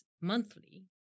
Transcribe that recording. monthly